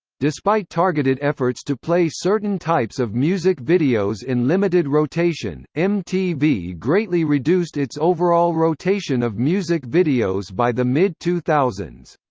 despite targeted efforts to play certain types of music videos in limited rotation, mtv greatly reduced its overall rotation of music videos by the mid two thousand